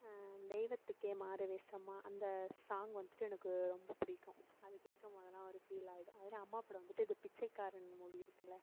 தெய்வத்துக்கே மாறு வேஷமா அந்த சாங் வந்துட்டு எனக்கு ரொம்ப பிடிக்கும் அது கேட்கும் போதெல்லாம் ஒரு ஃபீலாகிடும் அதிலியும் அம்மா படம் வந்துட்டு இந்த பிச்சைக்காரன் மூவி இருக்குதில்ல